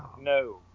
No